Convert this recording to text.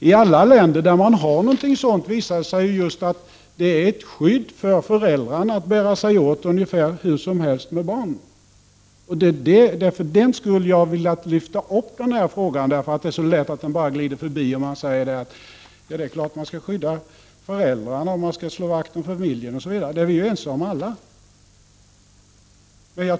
I alla länder där man har något sådant visar det sig just att det är ett skydd för föräldrarna att bära sig åt nästan hur som helst med barnen. Det är för den skull jag har velat lyfta upp — Prot. 1989/90:36 denna fråga, eftersom den så lätt bara glider förbi och man säger att det är 30 november 1990 klart att man skall skydda föräldrarna och slå vakt om familjen — det är vi ju alla överens om.